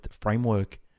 framework